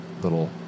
little